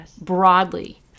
broadly